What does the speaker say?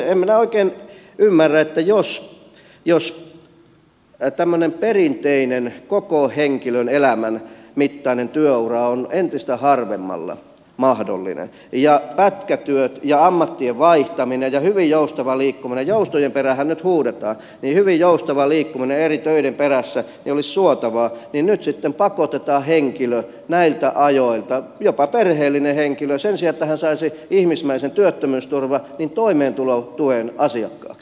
en minä oikein ymmärrä että jos tämmöinen perinteinen koko henkilön elämän mittainen työura on entistä harvemmalla mahdollinen ja pätkätyöt ja ammattien vaihtaminen ja hyvin joustava liikkuminen joustojen peräänhän nyt huudetaan eri töiden perässä olisi suotavaa niin nyt sitten pakotetaan henkilö näiltä ajoilta jopa perheellinen henkilö sen sijaan että hän saisi ihmismäisen työttömyysturvan toimeentulotuen asiakkaaksi